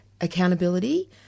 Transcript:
accountability